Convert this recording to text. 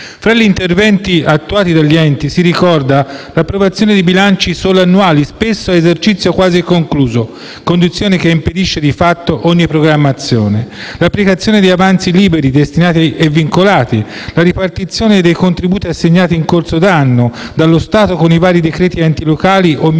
Tra gli interventi attuati dagli enti si ricorda l'approvazione di bilanci solo annuali, spesso a esercizio quasi concluso, condizione che impedisce di fatto ogni programmazione; l'applicazione di avanzi liberi, destinati e vincolati; la ripartizione dei contributi assegnati in corso d'anno dallo Stato con i vari decreti-legge enti locali o milleproroghe,